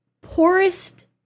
poorest